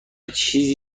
چیزی